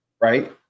right